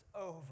over